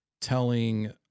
telling